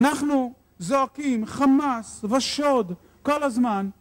אנחנו זורקים חמס ושוד כל הזמן.